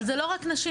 אבל זה לא רק נשים,